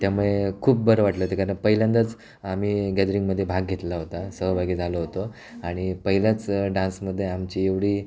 त्यामुळे खूप बरं वाटलं ते कारण पहिल्यांदाच आम्ही गॅदरिंगमध्ये भाग घेतला होता सहभागी झालो होतो आणि पहिलाच डान्समध्ये आमची एवढी